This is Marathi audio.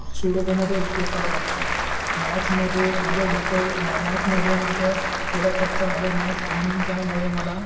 सुडोकोमध्ये उपयोग करावं लागतं मॅत्समध्ये माझं डोकं म मॅत्समध्ये माझं थोडं कच्चं आहे मॅत्स म्हणून त्यामुळे मला